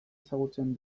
ezagutzen